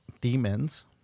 demons